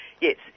Yes